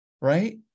right